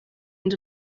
end